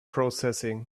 processing